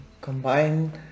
combine